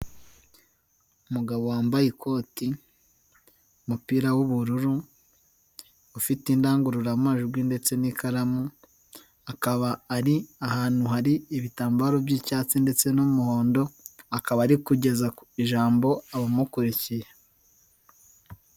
Umugabo wambaye ikoti, umupira w'ubururu, ufite indangururamajwi ndetse n'ikaramu akaba ari ahantu hari ibitambaro by'icyatsi ndetse n'umuhondo, akaba ari kugeza ijambo abamukurikiye.